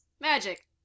magic